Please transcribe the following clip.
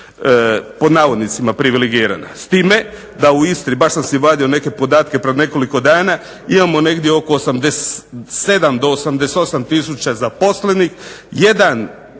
Pod navodnicima privilegirana. S time, da u Istri, baš sam si vadio neke podatke pred nekoliko dana. Imamo negdje oko 87 do 88 tisuća zaposlenih.